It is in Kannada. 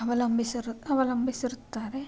ಅವಲಂಬಿಸಿರ್ ಅವಲಂಬಿಸಿರುತ್ತಾರೆ